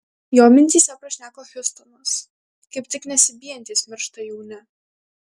jo mintyse prašneko hiustonas kaip tik nesibijantys miršta jauni